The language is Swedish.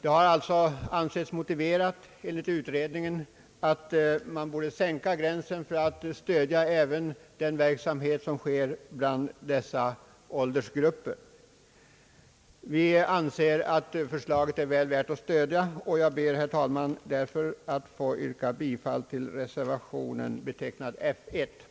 Utredningen har ansett det motiverat med en sänkning av åldersgränsen för att även den verksamhet, som sker bland dessa åldersgrupper, skulle kunna stödjas. Vi anser att detta förslag bör bifallas. Jag ber således, herr talman, att få yrka bifall till de med 1 och 2 betecknade reservationerna.